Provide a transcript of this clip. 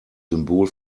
symbol